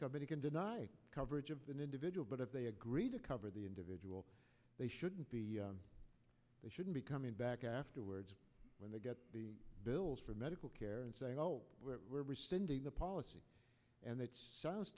company can deny coverage of an individual but if they agree to cover the individual they shouldn't be they shouldn't be coming back afterwards when they get the bills for medical care and saying oh we're rescinding the policy and it sounds